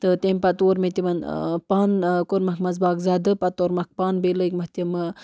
تہٕ تَمہِ پَتہٕ تور مےٚ تِمَن پَن کوٚرمَکھ منٛزباگ زَدٕ پَتہٕ تورٕ مَکھ پَن بیٚیہِ لٲگۍمَکھ تِمہٕ